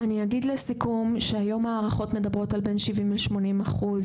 אני אגיד לסיכום שהיום ההערכות מדברות על בין 70 ל-80 אחוז